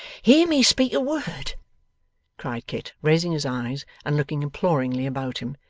hear me speak a word cried kit, raising his eyes and looking imploringly about him.